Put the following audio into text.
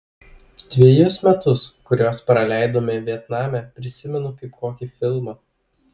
dvejus metus kuriuos praleidome vietname prisimenu kaip kokį filmą